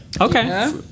Okay